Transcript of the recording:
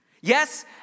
Yes